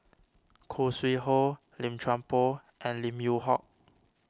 Khoo Sui Hoe Lim Chuan Poh and Lim Yew Hock